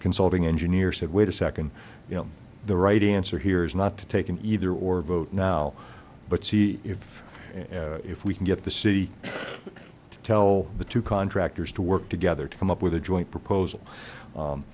consulting engineer said wait a second you know the right answer here is not to take an either or vote now but see if if we can get the city to tell the two contractors to work together to come up with a joint proposal